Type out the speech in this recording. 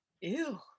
ew